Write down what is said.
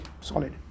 solid